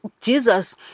Jesus